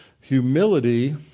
Humility